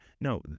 no